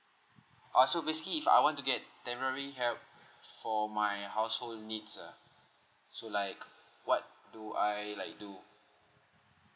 uh so basically if I want to get temporary help for my household needs uh so like what do I like do